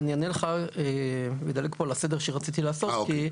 אענה לך, אדלג על הסדר שרציתי לעשות פה.